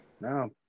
No